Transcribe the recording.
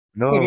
no